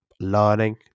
learning